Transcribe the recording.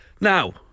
now